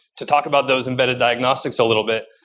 to talk about those embedded diagnostics a little bit,